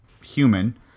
human